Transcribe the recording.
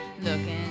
looking